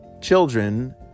children